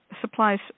supplies